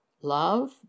Love